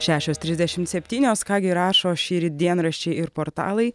šešios trisdešimt septynios ką gi rašo šįryt dienraščiai ir portalai